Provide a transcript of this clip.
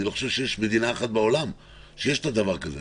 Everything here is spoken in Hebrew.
אני לא חושב שיש מדינה אחת בעולם שיש לה דבר כזה,